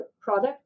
product